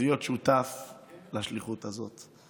ולהיות שותף לשליחות הזאת.